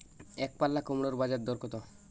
একপাল্লা কুমড়োর বাজার দর কত?